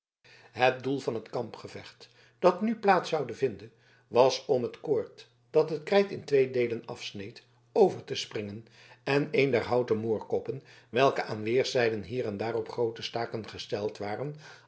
het doel van het kampgevecht dat nu plaats zoude vinden was om het koord dat het krijt in twee deelen afsneed over te springen en een der houten moorenkoppen welke aan weerszijden hier en daar op groote staken gesteld waren